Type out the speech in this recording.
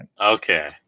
Okay